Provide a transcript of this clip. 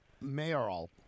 mayoral